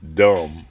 dumb